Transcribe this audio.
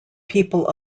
people